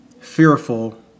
fearful